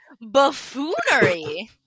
Buffoonery